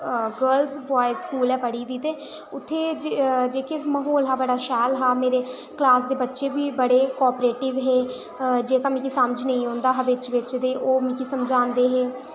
girls boys school ऐ पढ़ी दी ते उत्थै जेह्का म्हौल हा बड़ा शैल हा मेरे क्लॉस दे बच्चे बी बड़े कॉपरेटिव हे जेह्का मिगी समझ नेईं औंदा हा बिच बिच ते ओह् मिगी समझांदे हे